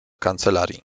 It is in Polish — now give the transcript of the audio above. kancelarii